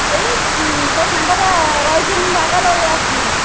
ଏଇ ତୋ ସାଙ୍ଗଟା ରହିକି ବାଙ୍ଗାଲୋରରେ ଆସିଛି